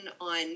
on